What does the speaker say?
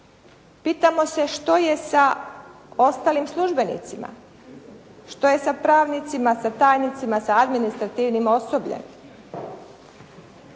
Pitamo se što je sa ostalim službenicima? Što je sa pravnicima, sa tajnicima, sa administrativnim osobljem?